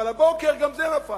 אבל הבוקר, גם זה נפל.